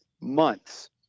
months